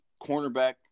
cornerback